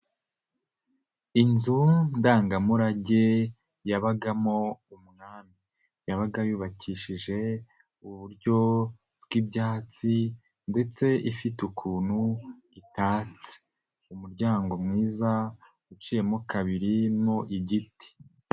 Inzu ndangamurage yabagamo umwami, yabaga yubakishije uburyo bw'ibyatsi, ndetse ifite ukuntu itatse umuryango mwiza uciyemo kabiri n'igiti.